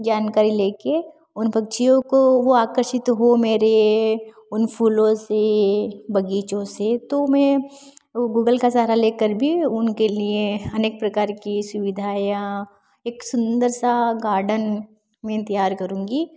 जानकारी ले कर उन पक्षियों को वह आकर्षित हो मेरे उन फूलों से बगीचों से तो मैं वह गूगल का सहारा ले कर भी उनके लिए अनेक प्रकार की सुविधायें एक सुन्दर सा गार्डन मैं तैयार करूँगी